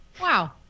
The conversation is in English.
Wow